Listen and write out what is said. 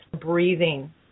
breathing